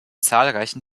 zahlreichen